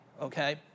okay